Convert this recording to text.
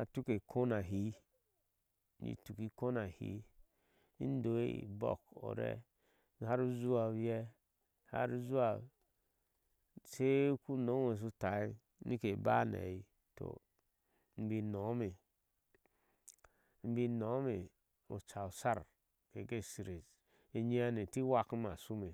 a tuke e khooh na hii in tuke ekhooh na hiiin dai ebook oree har zuwa iyee har zuwa sai unonge taye toh inbin nɔɔme oca asar keke shir oca osar enyhane itin wakime ashume